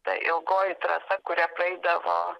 ta ilgoji trasa kuria praeidavo